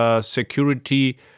security